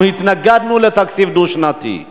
אנחנו התנגדנו לתקציב דו-שנתי.